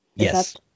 Yes